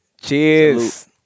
Cheers